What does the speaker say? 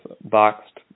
boxed